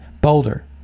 Boulder